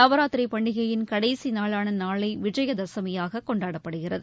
நவராத்திரி பண்டிகையின் கடைசி நாளான நாளை விஜயதசமியாக கொண்டாடப்படுகிறது